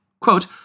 Quote